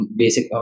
basic